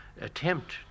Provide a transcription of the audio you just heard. attempt